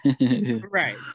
Right